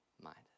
mind